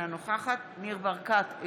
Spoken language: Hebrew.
אינה נוכחת ניר ברקת,